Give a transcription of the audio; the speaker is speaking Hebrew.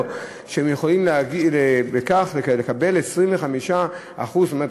הם יכולים להגיע להסדר שהם יכולים בכך לקבל 25%. זאת אומרת,